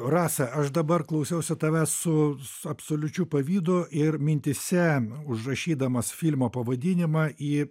rasa aš dabar klausiausi tavęs su s absoliučiu pavydu ir mintyse užrašydamas filmo pavadinimą į